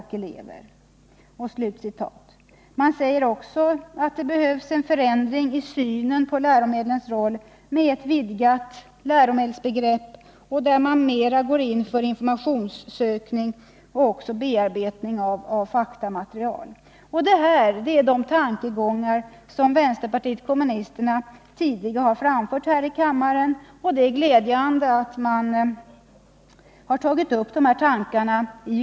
och elever.” Man säger också att det behövs en förändring i synen på läromedlens roll med ett vidgat läromedelsbegrepp, där man mer går in för informationssökning och bearbetning av fakta. Det är tankegångar som vpk tidigare har framfört här i kammaren, och det är glädjande att dessa tankar tagits upp av utredningen.